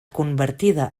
convertida